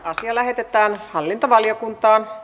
asia lähetettiin hallintovaliokuntaan